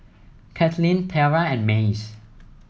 Kaitlin Tiara and Mace